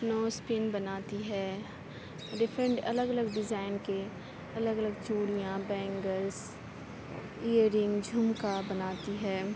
نوز pin بناتی ہے different الگ الگ ڈزائن کے الگ الگ چوڑیاں بینگلس ایئر رنگ جھمکا بناتی ہے